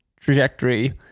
trajectory